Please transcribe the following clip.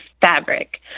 fabric